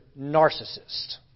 narcissist